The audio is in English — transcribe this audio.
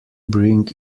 bring